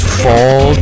fall